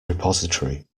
repository